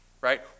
Right